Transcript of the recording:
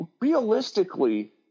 realistically